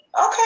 okay